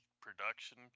production